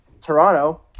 Toronto